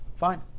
Fine